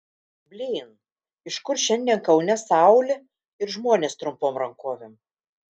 blyn iš kur šiandien kaune saulė ir žmonės trumpom rankovėm